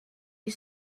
you